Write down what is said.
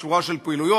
שורה של פעילויות,